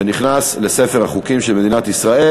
כן,